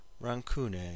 rancune